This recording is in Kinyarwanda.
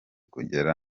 kugera